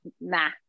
nah